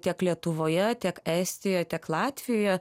tiek lietuvoje tiek estijoj tiek latvijoje